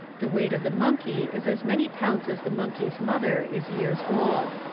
the weight of the monkey is as many pounds as the monkey's mother is years old.